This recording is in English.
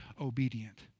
obedient